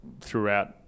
throughout